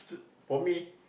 for me